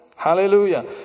Hallelujah